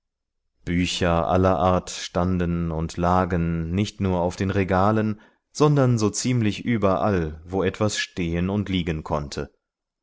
bücher aller art standen und lagen nicht nur auf den regalen sondern so ziemlich überall wo etwas stehen und liegen konnte